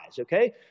okay